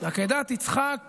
"ועקדת יצחק